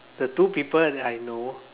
the two people that I know